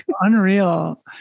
Unreal